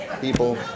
people